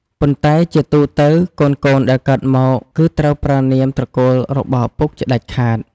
ប៉ុន្តែជាទូទៅ កូនៗដែលកើតមក គឺត្រូវប្រើនាមត្រកូលរបស់ឪពុកជាដាច់ខាត។